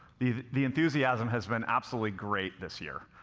the the enthusiasm has been absolutely great this year.